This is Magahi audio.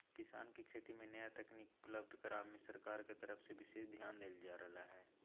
किसान के खेती मे नया तकनीक उपलब्ध करावे मे सरकार के तरफ से विशेष ध्यान देल जा रहल हई